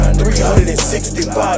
365